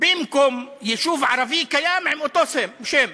במקום יישוב ערבי קיים, עם אותו שם,